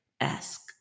ask